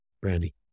Brandy